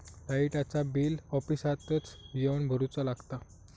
लाईटाचा बिल ऑफिसातच येवन भरुचा लागता?